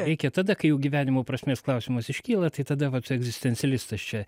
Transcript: reikia tada kai jau gyvenimo prasmės klausimas iškyla tai tada vat egzistencialistas čia